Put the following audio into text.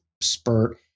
spurt